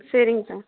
சேரிங்க சார்